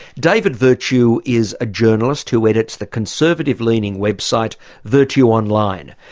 david virtue is a journalist who edits the conservative-leaning website virtue online,